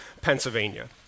Pennsylvania